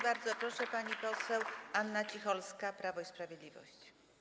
Bardzo proszę, pani poseł Anna Cicholska, Prawo i Sprawiedliwość.